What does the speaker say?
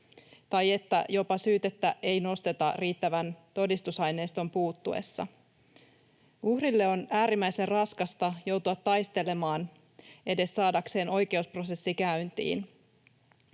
tai jopa että syytettä ei nosteta riittävän todistusaineiston puuttuessa. Uhrille on äärimmäisen raskasta joutua taistelemaan saadakseen oikeusprosessi edes käyntiin.